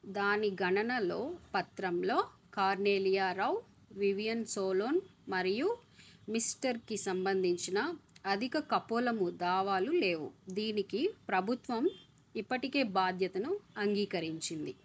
దాని గణనలో పత్రంలో కార్నెలియారౌ వివియన్ సోలోన్ మరియు మిస్టర్కి సంబంధించిన అధిక కపొలము దావాలు లేవు దీనికి ప్రభుత్వం ఇప్పటికే బాధ్యతను అంగీకరించింది